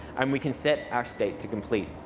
um we can set our state to complete,